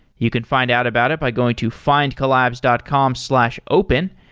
you can find out about it by going to findcollabs dot com slash open.